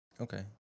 Okay